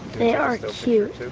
they are cute